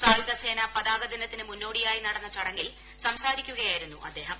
സായുധ് സേനാ പതാകദിനത്തിന് മുന്നോടിയായി നടന്ന ചടങ്ങിൽ സംസാരിക്കുകയായിരുന്നു അദ്ദേഹം